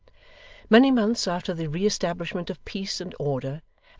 many months after the re-establishment of peace and order,